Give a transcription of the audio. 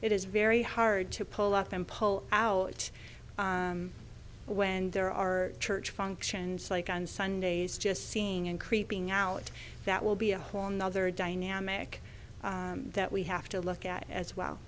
it is very hard to pull off and pull out when there are church functions like on sundays just seeing and creeping out that will be a whole nother dynamic that we have to look at as well